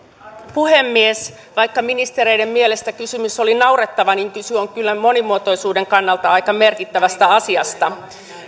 puhemies vaikka ministereiden mielestä kysymys oli naurettava niin kyse on kyllä monimuotoisuuden kannalta aika merkittävästä asiasta